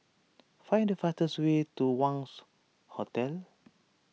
find the fastest way to Wangz Hotel